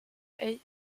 hey